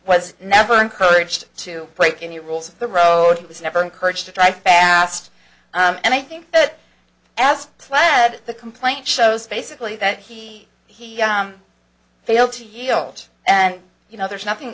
was never encouraged to break any rules of the road it was never encouraged to try fast and i think that as plaid the complaint shows basically that he he failed to yield and you know there's nothing